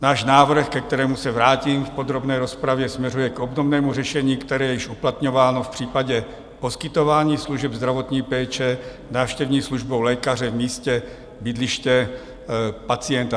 Náš návrh, ke kterému se vrátím v podrobné rozpravě, směřuje k obdobnému řešení, které je již uplatňováno v případě poskytování služeb zdravotní péče návštěvní službou lékaře v místě bydliště pacienta.